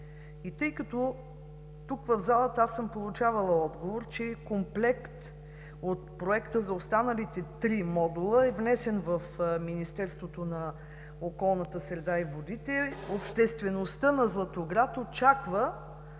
Тук, в залата, съм получавала отговор, че комплект от проекта за останалите три модула е внесен в Министерството на околната среда и водите. Обществеността на Златоград очаква